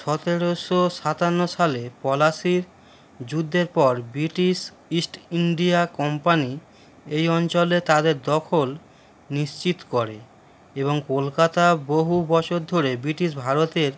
সতেরোশো সাতান্ন সালে পলাশীর যুদ্ধের পর ব্রিটিশ ইস্ট ইণ্ডিয়া কোম্পানি এই অঞ্চলে তাদের দখল নিশ্চিত করে এবং কলকাতা বহু বছর ধরে ব্রিটিশ ভারতের